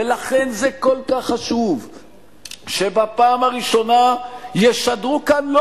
ולכן זה כל כך חשוב שבפעם הראשונה ישדרו כאן לא